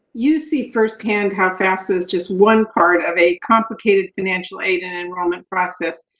you see firsthand how fafsa is just one part of a complicated financial aid and enrollment process.